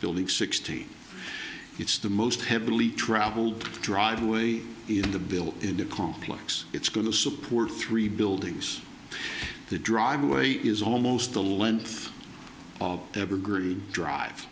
building sixty it's the most heavily traveled driveway in the built in the complex it's going to support three buildings the driveway is almost the length of the evergreen drive